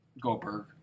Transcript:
Goldberg